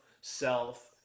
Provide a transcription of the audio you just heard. self